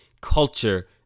culture